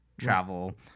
travel